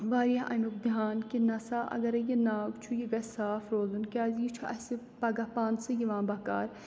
واریاہ اَمیُک دھیان کہِ نہ سا اَگرَے یہِ ناگ چھُ یہِ گَژھِ صاف روزُن کیٛازِ یہِ چھُ اَسہِ پگاہ پانسٕے یِوان بَکار